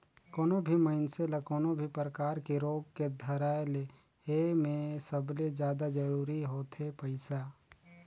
कोनो भी मइनसे ल कोनो भी परकार के रोग के धराए ले हे में सबले जादा जरूरी होथे पइसा